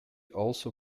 also